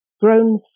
grown